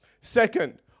Second